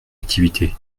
activité